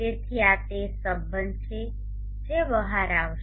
તેથી આ તે સંબંધ છે જે બહાર આવશે